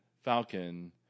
Falcon